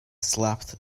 slapped